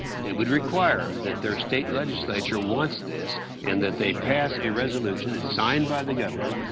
it would require that their state legislature wants this and that they pass a resolution, it's signed by the governor,